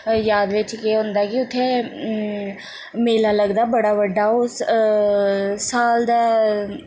याद बिच्च केह् होंदा कि उत्थें मेला लगदा बड़ा बड्डा ओह् साल दा